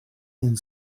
and